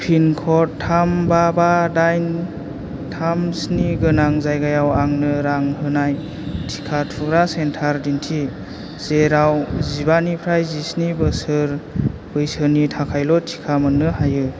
pin code थाम बा बा दाइन थाम स्नि गोनां जायगायाव आंनो रां होनाय टिका थुग्रा सेन्टार दिन्थि जेराव जिबानिफ्राय जिस्नि बोसोर बैसोनि थाखायल' टिका मोन्नो हायो